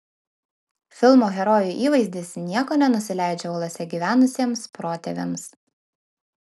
filmo herojų įvaizdis nieko nenusileidžia uolose gyvenusiems protėviams